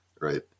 right